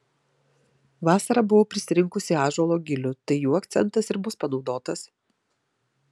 vasarą buvau prisirinkusi ąžuolo gilių tai jų akcentas ir bus panaudotas